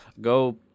Go